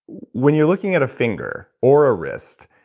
when you're looking at a finger or a wrist,